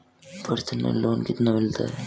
Personal loan कितना मिलता है?